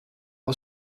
aus